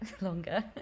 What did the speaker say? longer